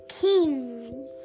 King